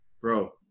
bro